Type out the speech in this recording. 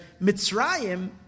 Mitzrayim